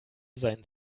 seinen